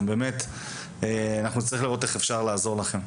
באמת, אנחנו נצטרך לראות איך אפשר לעזור לכם.